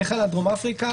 היא חלה על דרום אפריקה,